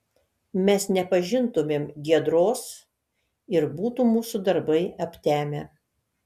mes nepažintumėm giedros ir būtų mūsų darbai aptemę